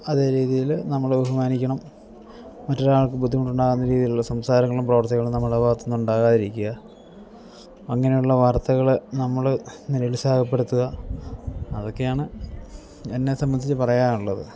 അതേ രീതിയിൽ നമ്മൾ ബഹുമാനിക്കണം മറ്റൊരാൾക്ക് ബുദ്ധിമുട്ടുണ്ടാകുന്ന രീതിയിലുള്ള സംസാരങ്ങളും പ്രവർത്തികളും നമ്മളുടെ ഭാഗത്തു നിന്ന് ഉണ്ടാതിരിക്കുക അങ്ങനെയുള്ള വാർത്തകൾ നമ്മൾ നിരുത്സാഹപ്പെടുത്തുക അതൊക്കെയാണ് എന്നെ സംബന്ധിച്ച് പറയാനുള്ളത്